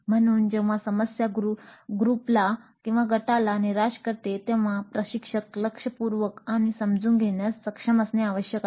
म्हणून जेव्हा समस्या ग्रुपला निराश करते तेव्हा प्रशिक्षक लक्षपूर्वक समजून घेण्यात सक्षम असणे आवश्यक आहे